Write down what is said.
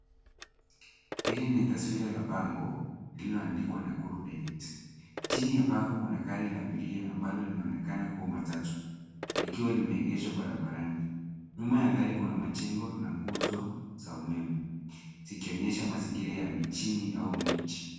Hili ni taswira la bango lililoandikwa Nakuru direct .Chini ya bango kuna gari ya abiria ambalo linaonekana kuwa matatu likiwa limeegeshwa barabarani. Nyuma ya gari kuna majengo na nguzo za umeme, zikionyesha mazingira ya mijini au mji.